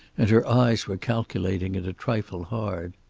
and her eyes were calculating and a trifle hard.